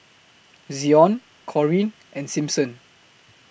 Zion Corean and Simpson